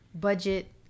budget